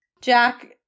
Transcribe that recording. Jack